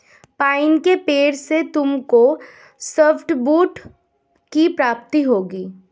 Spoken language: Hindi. पाइन के पेड़ से तुमको सॉफ्टवुड की प्राप्ति होगी